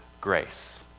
grace